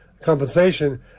compensation